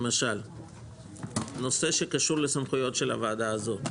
למשל נושא שקשור לסמכויות של הוועדה הזאת,